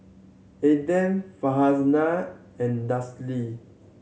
Adam Farhanah and Danish Li